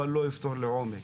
אבל לא יפתור לעומק.